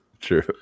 True